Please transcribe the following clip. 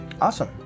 Awesome